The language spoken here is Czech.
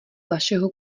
vašeho